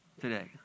today